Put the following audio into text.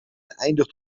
eindigt